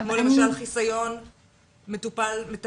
כמו למשל חיסיון מטופל-מטפל.